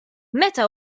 meta